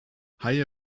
haie